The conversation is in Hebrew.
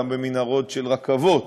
גם במנהרות של רכבות,